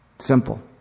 Simple